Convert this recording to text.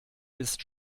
ist